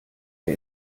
der